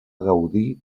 gaudir